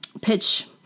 pitch